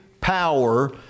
power